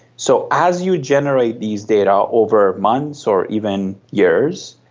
so as you generate these data over months or even years,